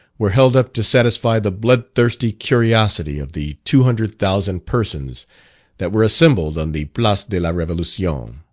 were held up to satisfy the blood-thirsty curiosity of the two hundred thousand persons that were assembled on the place de la revolution.